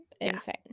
insane